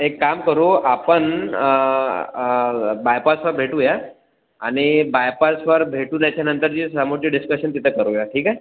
एक काम करू आपण बायपासला भेटूया आणि बायपासवर भेटू त्याच्यानंतर जे समोरचे डिस्कशन तिथं करूया ठीक आहे